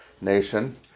nation